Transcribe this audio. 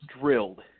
drilled